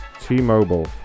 T-Mobile